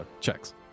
Checks